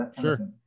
sure